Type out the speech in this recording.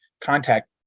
contact